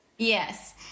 Yes